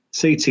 CT